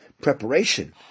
preparation